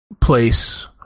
place